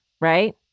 right